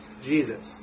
Jesus